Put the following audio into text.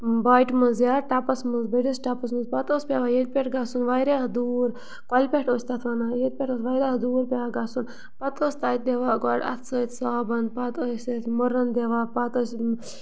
باٹہِ مَنٛز یا ٹپَس مَنٛز بٔڑِس ٹَپَس مَنٛز پَتہٕ اوس پٮ۪وان ییٚتہِ پٮ۪ٹھ گژھُن واریاہ دوٗر کۄلہِ پٮ۪ٹھ اوس تَتھ وَنان ییٚتہِ پٮ۪ٹھ اوس واریاہ دوٗر پٮ۪وان گژھُن پَتہٕ اوس تَتہِ دِوان گۄڈٕ اَتھٕ سۭتۍ صابَن پَتہٕ ٲسۍ أسۍ مُرَن دِوان پَتہٕ ٲسۍ